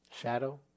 shadow